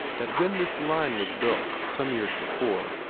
that when this line was built, some years before,